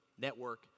network